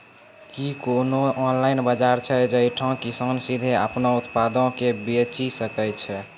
कि कोनो ऑनलाइन बजार छै जैठां किसान सीधे अपनो उत्पादो के बेची सकै छै?